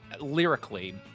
lyrically